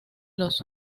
los